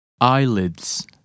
Eyelids